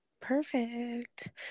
Perfect